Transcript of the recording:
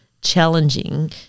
challenging